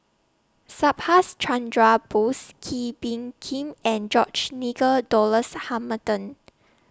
Subhas Chandra Bose Kee Bee Khim and George Nigel Douglas Hamilton